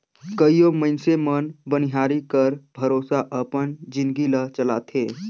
कइयो मइनसे मन बनिहारी कर भरोसा अपन जिनगी ल चलाथें